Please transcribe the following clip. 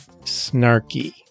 snarky